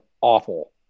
awful